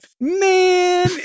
man